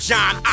John